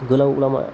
गोलाव लामा